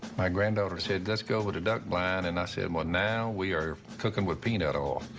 my granddaughter said, let's go with the duck blind, and i said, well, now we are cooking with peanut oil.